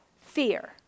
Fear